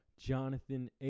Jonathan